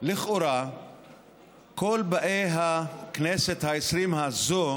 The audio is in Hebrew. לכאורה כל באי הכנסת העשרים הזאת